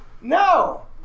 No